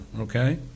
okay